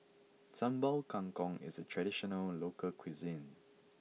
Sambal Kangkong is traditional local cuisine